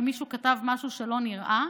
כי מישהו כתב משהו שלא נראה,